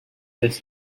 this